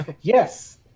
Yes